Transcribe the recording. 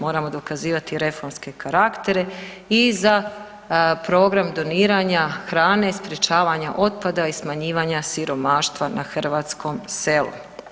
Moramo dokazivati i reformske karaktere i za program doniranja hrane, sprječavanja otpada i smanjivanja siromaštva na hrvatskom selu.